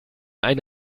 ein